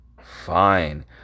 fine